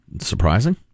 surprising